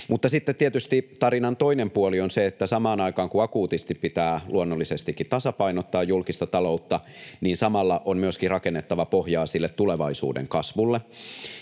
Mutta tietysti tarinan toinen puoli on se, että samaan aikaan, kun akuutisti pitää luonnollisestikin tasapainottaa julkista taloutta, on myöskin rakennettava pohjaa sille tulevaisuuden kasvulle.